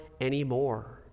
anymore